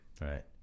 Right